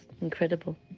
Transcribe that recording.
incredible